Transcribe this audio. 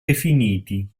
definiti